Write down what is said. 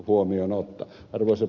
arvoisa puhemies